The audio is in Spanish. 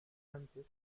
antes